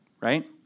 right